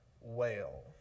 whale